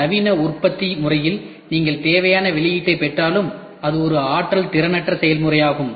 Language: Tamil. நவீன உற்பத்தி முறையில் நீங்கள் தேவையான வெளியீட்டைப் பெற்றாலும் அது ஒரு ஆற்றல் திறனற்ற செயல்முறையாகும்